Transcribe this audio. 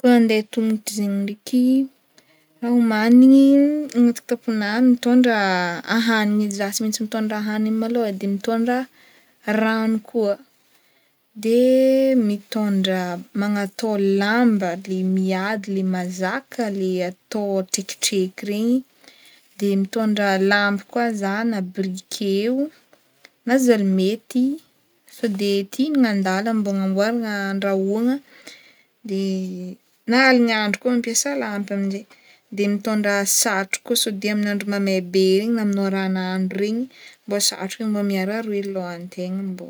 Kô andeha tombotry zegny ndraiky raha homagniny agnaty kitaponahy ahanigny edy zah tsy maintsy mitondra ahanigny malôha de mitondra rano koa, de mitondra magnatao lamba le miady le mazaka le atao antrekitreky regny de mitondra lampy koa zah na briquet na zalimety sao de te hihgnana an-dala mbô hagnamboaragna handrahoagna na aligna andro koa mampiasa lampy am'jay de mitondra satroko koa sao de amin'ny andro mamay be regny na amin'ôran'andro regny mbô satroko igny mbô miaro aroe lohan'tegna mbô.